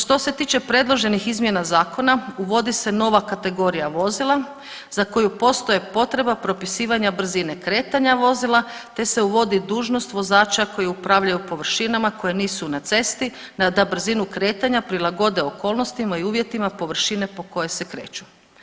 Što se tiče predloženih izmjena zakona uvodi se nova kategorija vozila za koju postoji potreba propisivanja brzine kretanja vozila, te se uvodi dužnost vozača koji upravljaju površinama koje nisu na cesti, da brzinu kretanja prilagode okolnostima i uvjetima površine po kojoj se kreću.